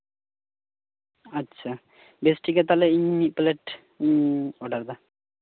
ᱟᱪᱪᱷᱟ ᱵᱮᱥ ᱴᱷᱤᱠ ᱜᱮᱭᱟ ᱛᱟᱦᱞᱮ ᱤᱧ ᱢᱤᱫ ᱯᱞᱮᱴ ᱚᱰᱟᱨ ᱫᱟ